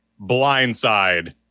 blindside